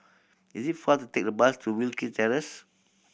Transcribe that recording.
is it faster to take the bus to Wilkie Terrace